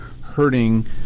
hurting